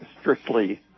strictly